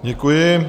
Děkuji.